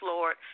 Lord